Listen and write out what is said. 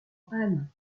panne